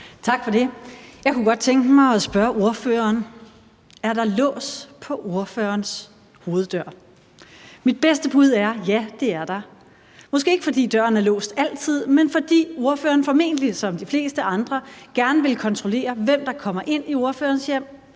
Tak for det. Jeg kunne godt tænke mig at spørge ordføreren, om der er lås på hendes hoveddør. Mit bedste bud er, at ja, det er der – måske ikke, fordi døren er låst altid, men fordi ordføreren formentlig som de fleste andre gerne vil kontrollere, hvem der kommer ind i ordførerens hjem,